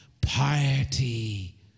piety